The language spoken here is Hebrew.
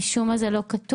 משום מה זה לא כתוב.